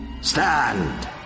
Stand